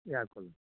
ಯಾ ಕೊಲ್